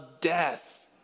death